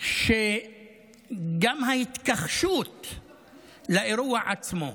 גם ההתכחשות לאירוע עצמו.